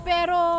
Pero